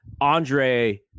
Andre